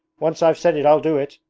once i've said it i'll do it.